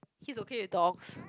he's okay with dogs